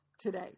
today